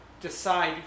decide